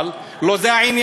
אבל לא זה העניין.